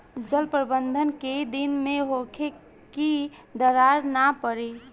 जल प्रबंधन केय दिन में होखे कि दरार न पड़ी?